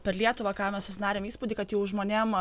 per lietuvą ką mes susidarėm įspūdį kad jau žmonėm